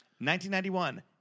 1991